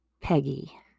peggy